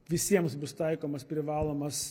visiems bus taikomas privalomas